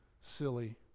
silly